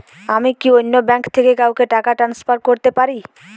আমি কি অন্য ব্যাঙ্ক থেকে কাউকে টাকা ট্রান্সফার করতে পারি?